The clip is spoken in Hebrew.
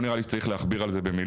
לא נראה לי שצריך להכביר על זה במילים.